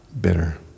bitter